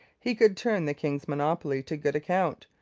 he could turn the king's monopoly to good account.